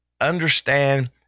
understand